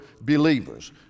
believers